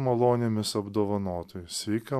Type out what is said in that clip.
malonėmis apdovanotoj sveika